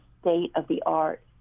state-of-the-art